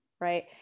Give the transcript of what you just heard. Right